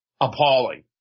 appalling